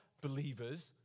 believers